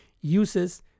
uses